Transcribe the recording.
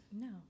No